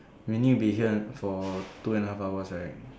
we need to be here for two and a half hours right